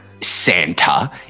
Santa